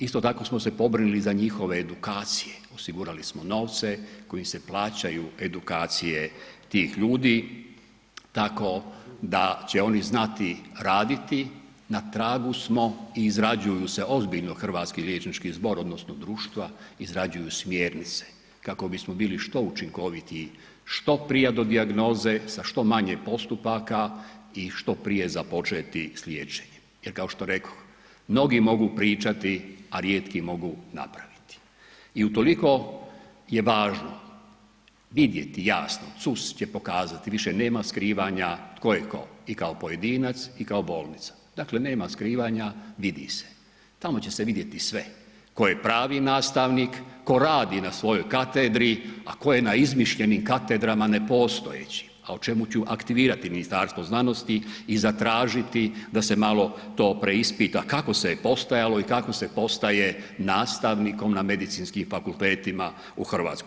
Isto tako smo se pobrinili za njihove edukacije, osigurali smo novce kojim se plaćaju edukacije tih ljudi, tako da će oni znati raditi, na tragu smo i izrađuju se ozbiljno Hrvatski liječnički zbor odnosno društva izrađuju smjernice, kako bismo bili što učinkovitiji, što prija do dijagnoze sa što manje postupaka i što prije započeti s liječenjem jer kao što rekoh, mnogi mogu pričati, a rijetki mogu napraviti i utoliko je važno vidjeti jasno, CUS će pokazati, više nema skrivanja tko je tko i kao pojedinac i kao bolnica, dakle nema skrivanja, vidi se, tamo će se vidjeti sve, tko je pravi nastavnik, tko radi na svojoj katedri, a tko je na izmišljenim katedrama nepostojećim, a o čemu ću aktivirati Ministarstvo znanosti i zatražiti da se malo to preispita kako se je postojalo i kako se postaje nastavnikom na medicinskim fakultetima u RH.